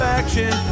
action